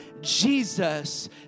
Jesus